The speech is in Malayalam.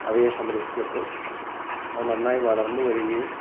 അവയെ സംരക്ഷിച്ചപ്പോൾ അവ നന്നായി വളർന്ന് വരുകയും